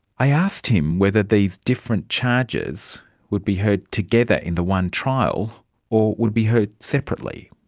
i asked him whether these different charges would be heard together in the one trial or would be heard separately.